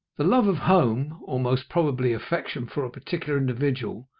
the love of home, or most probably affection for a particular individual,